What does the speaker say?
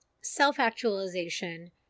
self-actualization